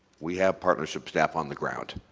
we have partnership staff on the ground.